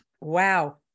Wow